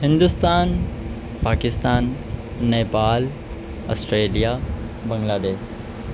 Hindustan Pakistan Nepal Australia بنگلہ دیش